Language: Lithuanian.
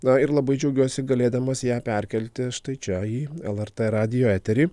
na ir labai džiaugiuosi galėdamas ją perkelti štai čia į lrt radijo eterį